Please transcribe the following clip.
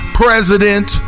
president